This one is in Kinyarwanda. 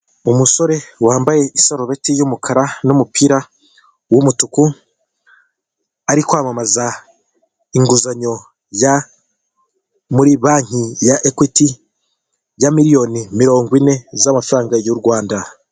Umusore wambaye isarubeti y'umukara n'umupira w'umutuku, ari kwamamaza inguzanyo ya muri banki ya Ekwiti ya miliyoni mirongo ine z'amafaranga y'u Rwanda.